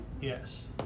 Yes